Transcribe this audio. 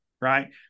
right